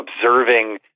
observing